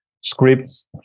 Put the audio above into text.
scripts